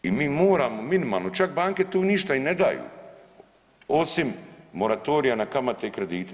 I mi moramo minimalno, čak banke tu ništa i ne daju osim moratorija na kamate i kredite.